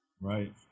Right